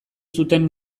zuten